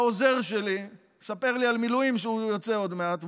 העוזר שלי מספר לי על מילואים שהוא יוצא אליהם עוד מעט,